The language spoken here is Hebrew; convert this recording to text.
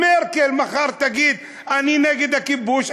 מרקל מחר תגיד: אני נגד הכיבוש,